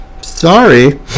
sorry